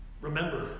Remember